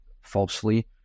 falsely